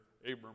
Abram